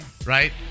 Right